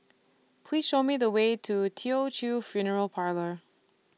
Please Show Me The Way to Teochew Funeral Parlour